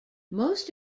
most